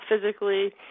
physically